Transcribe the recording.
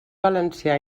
valencià